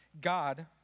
God